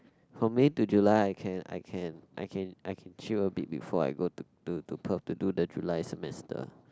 from May to July I can I can I can I can chill a bit before I go to to Perth to do the July semester